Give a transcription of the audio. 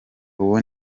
ubu